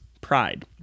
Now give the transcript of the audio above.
pride